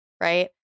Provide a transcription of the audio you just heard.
right